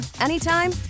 anytime